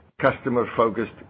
customer-focused